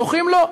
זוכים לו,